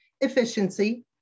efficiency